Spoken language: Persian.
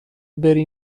بری